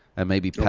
and maybe